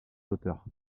l’auteur